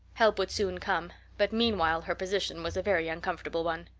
help would soon come, but meanwhile her position was a very uncomfortable one.